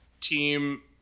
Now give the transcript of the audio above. team